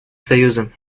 союзом